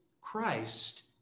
Christ